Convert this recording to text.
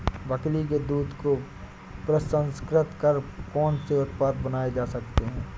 बकरी के दूध को प्रसंस्कृत कर कौन से उत्पाद बनाए जा सकते हैं?